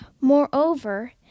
Moreover